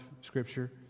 Scripture